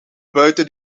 buiten